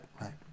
right